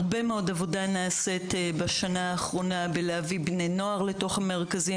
הרבה מאוד עבודה נעשית בשנה האחרונה בהבאת בני נוער אל תוך המרכזים.